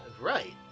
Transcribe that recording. right